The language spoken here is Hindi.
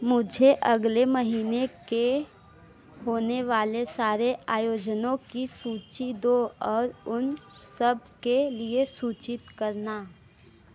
मुझे अगले महीने के होने वाले सारे आयोजनों की सूची दो और उन सब के लिए सूचित करना